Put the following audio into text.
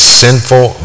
sinful